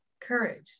Courage